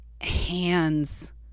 hands